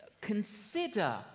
consider